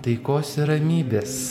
taikos ir ramybės